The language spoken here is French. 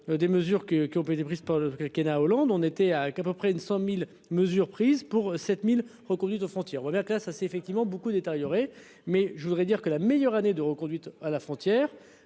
Des mesures qui, qui ont été prises par le quinquennat Hollande. On était avec à peu près une 100.000 mesures prises pour 7000 reconduites aux frontières. Bien que là ça c'est effectivement beaucoup détériorée mais je voudrais dire que la meilleure année. Reconduite à la frontière.